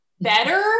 better